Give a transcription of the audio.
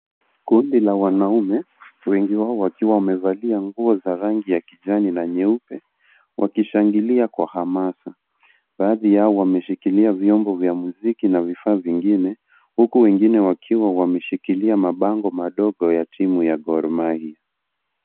Kundi la wanaume, wengi wao wakiwa wamevalia nguo za rangi ya kijani na nyeupe wakishangilia kwa hamasi. Baadhi yao wameshikilia vyombo vya muziki na vifaa vingine, huku wengine wakiwa wameshikilia mabango madogo ya timu ya Gor Maiya.